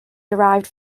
derived